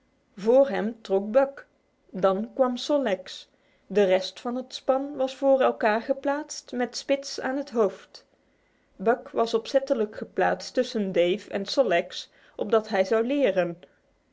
vr hem trok buck dan kwam sol leks de rest van het span was voor elkaar geplaatst met spitz aan het hoofd buck was opzettelijk geplaatst tussen dave en sol leks opdat hij zou leren